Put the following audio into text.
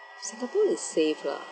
singapore is safe lah